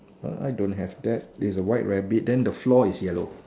err I don't have that is a white rabbit then the floor is yellow